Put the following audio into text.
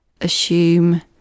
assume